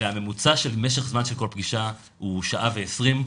הממוצע של משך זמן של כל פלישה הוא שעה ועשרים.